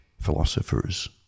philosophers